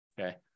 okay